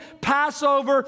Passover